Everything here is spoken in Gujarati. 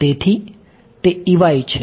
તેથી તે છે